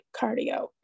cardio